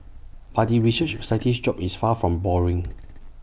but the research scientist's job is far from boring